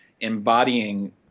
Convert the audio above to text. embodying